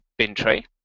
Bintray